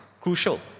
crucial